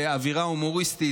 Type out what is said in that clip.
באווירה הומוריסטית,